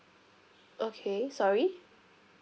okay sorry